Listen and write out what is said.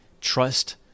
trust